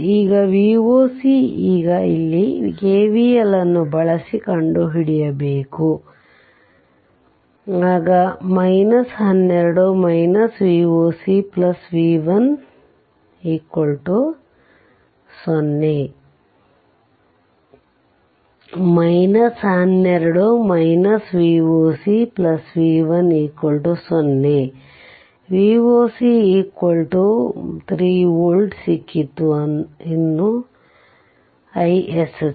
ಈಗ V o c ಈಗ ಇಲ್ಲಿ K V L ನ್ನು ಬಳಸಿ ಕಂಡುಹಿಡಿಯಬೇಕು ಆಗ 12 VocV10 12 VocV10 Voc3volt ಸಿಕ್ಕಿತು ಇನ್ನು iSC